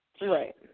Right